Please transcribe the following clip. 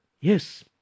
Yes